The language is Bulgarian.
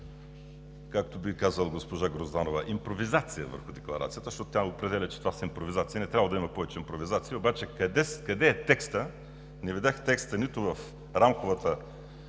както би казала госпожа Грозданова, импровизация върху декларацията, защото тя определя, че това са импровизации. Не трябвало да има повече импровизации. Обаче къде е текстът? Не видях текста! Нито в Рамковата